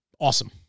Awesome